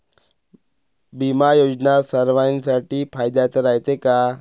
बिमा योजना सर्वाईसाठी फायद्याचं रायते का?